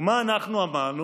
ומה אנחנו אמרנו?